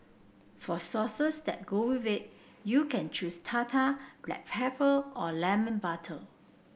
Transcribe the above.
for sauces that go with it you can choose tartar black pepper or lemon butter